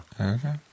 Okay